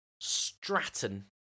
Stratton